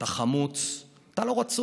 אתה חמוץ, אתה לא רצוי.